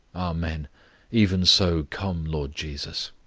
amen even so, come, lord jesus!